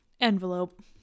Envelope